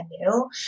new